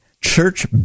church